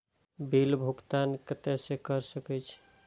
Bill भुगतान केते से कर सके छी?